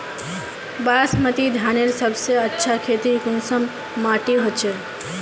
बासमती धानेर सबसे अच्छा खेती कुंसम माटी होचए?